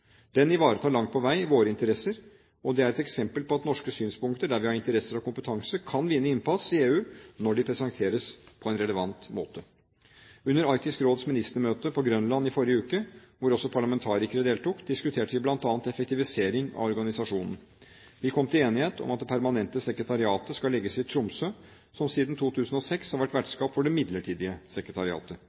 Den ivaretar langt på vei våre interesser. Det er et eksempel på at norske synspunkter, der vi har interesser og kompetanse, kan vinne innpass i EU når de presenteres på en relevant måte. Under Arktisk Råds ministermøte på Grønland i forrige uke, hvor også parlamentarikere deltok, diskuterte vi bl.a. effektivisering av organisasjonen. Vi kom til enighet om at det permanente sekretariatet skal legges til Tromsø, som siden 2006 har vært vertskap for det midlertidige sekretariatet.